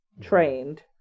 trained